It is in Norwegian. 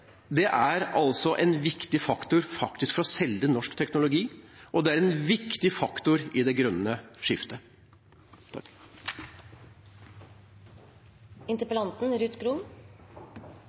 det ble sagt fra interpellanten selv. Det er en viktig faktor for å selge norsk teknologi, og det er en viktig faktor i det grønne skiftet.